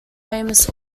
famous